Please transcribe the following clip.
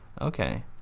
Okay